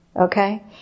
Okay